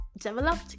developed